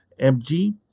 MG